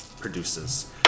produces